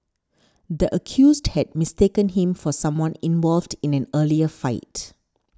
the accused had mistaken him for someone involved in an earlier fight